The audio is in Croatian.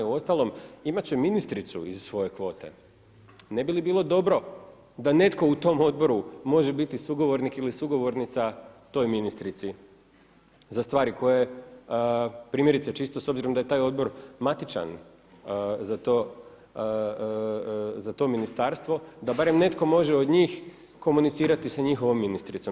Uostalom imat će ministricu iz svoje kvote, ne bi li bilo dobro da netko u tom odboru može biti sugovornik ili sugovornica toj ministrici za stvari koje, primjerice čisto s obzirom da je taj odbor matičan za to ministarstvo, da barem netko od njih komunicirati sa njihovom ministricom?